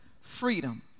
freedom